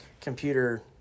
computer